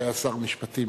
שהיה שר המשפטים,